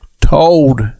told